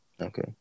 Okay